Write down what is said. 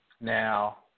Now